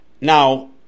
Now